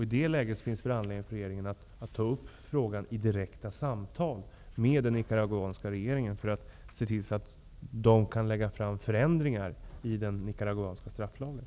I det läget finns det väl anledning för regeringen att ta upp frågan i direkta samtal med den nicaraguanska regeringen för att se till att det läggs fram förslag om förändringar i den nicaraguanska strafflagen.